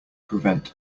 prevent